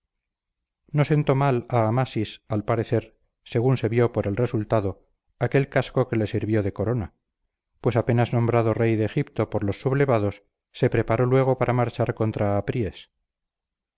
no sentó mal a amasis al parecer según se vio por el resultado aquel casco que le sirvió de corona pues apenas nombrado rey de egipto por los sublevados se preparó luego para marchar contra apríes